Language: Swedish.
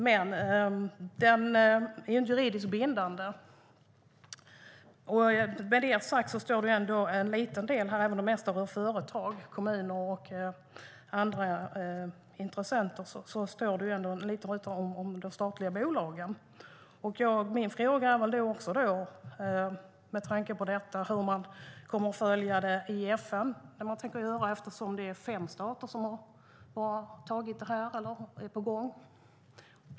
Den är bra, men den är inte juridiskt bindande. Det mesta rör företag och kommuner, men det står också lite om de statliga bolagen. Med tanke på detta undrar jag: Hur kommer man att följa detta i FN? Det är ju bara fem stater plus Sverige som har gjort detta eller är på gång.